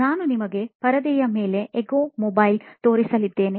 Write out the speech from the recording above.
ನಾನು ನಿಮಗೆ ಪರದೆಯ ಮೇಲೆ ಎಗ್ಗೊಮೊಬೈಲ್ ತೋರಿಸಲಿದ್ದೇನೆ